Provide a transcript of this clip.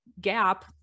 gap